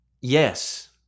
Yes